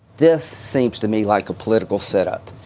this seems to me like a political setup.